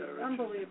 Unbelievable